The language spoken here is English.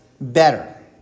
better